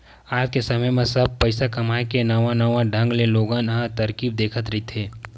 आज के समे म सब पइसा कमाए के नवा नवा ढंग ले लोगन ह तरकीब देखत रहिथे